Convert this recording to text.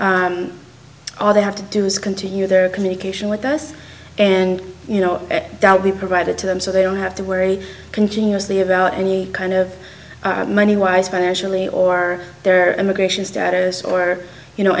all they have to do is continue their communication with us and you know we provided to them so they don't have to worry continuously about any kind of money wise financially or their immigration status or you know